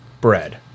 bread